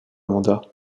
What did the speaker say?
amanda